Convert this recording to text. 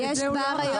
את זה הוא לא אמר.